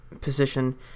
position